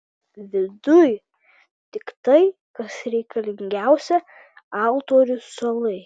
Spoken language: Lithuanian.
viduj tik tai kas reikalingiausia altorius suolai